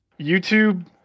YouTube